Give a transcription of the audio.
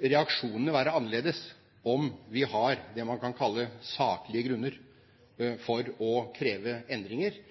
reaksjonene være annerledes om vi har det man kan kalle «saklige grunner» for å kreve endringer